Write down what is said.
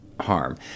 harm